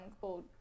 called